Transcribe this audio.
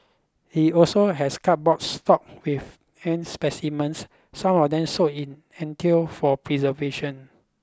he also has cupboard stocked with ant specimens some of them soaked in for preservation